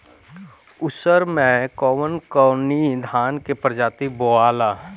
उसर मै कवन कवनि धान के प्रजाति बोआला?